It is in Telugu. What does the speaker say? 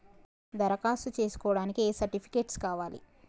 దరఖాస్తు చేస్కోవడానికి ఏ సర్టిఫికేట్స్ కావాలి?